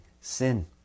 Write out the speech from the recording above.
sin